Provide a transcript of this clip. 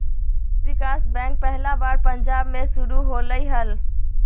भूमि विकास बैंक पहला बार पंजाब मे शुरू होलय हल